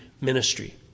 ministry